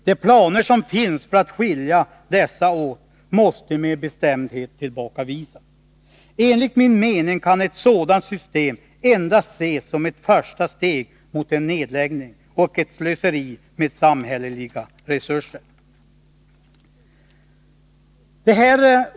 De planer som finns på att skilja dessa åt måste med bestämdhet tillbakavisas. Enligt min mening kan ett sådant system endast ses som ett första steg mot en nedläggning och som ett slöseri med samhälleliga resurser.